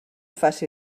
faci